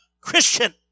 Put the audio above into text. Christian